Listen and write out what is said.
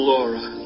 Laura